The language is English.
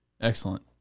Excellent